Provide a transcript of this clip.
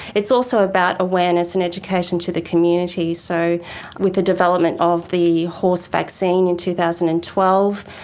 it's also about awareness and education to the community. so with the development of the horse vaccine in two thousand and twelve,